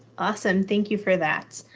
awesome. thank you for that.